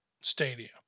Stadium